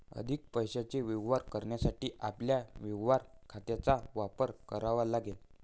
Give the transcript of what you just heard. अधिक पैशाचे व्यवहार करण्यासाठी आपल्याला व्यवहार खात्यांचा वापर करावा लागेल